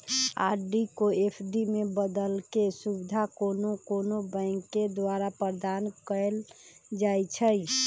RD को FD में बदलेके सुविधा कोनो कोनो बैंके द्वारा प्रदान कएल जाइ छइ